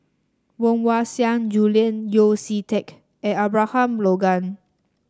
Woon Wah Siang Julian Yeo See Teck and Abraham Logan